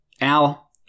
Al